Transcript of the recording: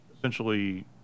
essentially